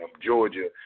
Georgia